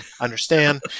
understand